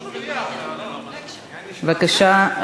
בבקשה,